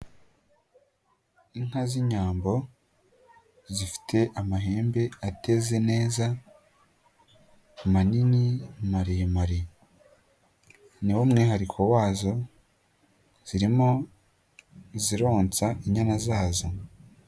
Inka z'inyambo zifite amahembe ateze neza manini, maremare, ni wo mwihariko wazo, zirimo zironsa inyana zazo.